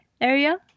area